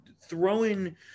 throwing